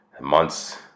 months